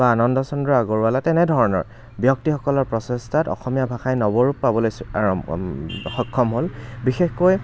বা আনন্দচন্দ্ৰ আগৰৱালা তেনেধৰণৰ ব্যক্তিসকলৰ প্ৰচেষ্টাত অসমীয়া ভাষাই নৱৰূপ পাবলৈ শ্ৰ আৰম্ভ সক্ষম হ'ল বিশেষকৈ